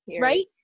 right